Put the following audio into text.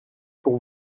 pour